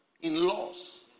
in-laws